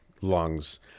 lungs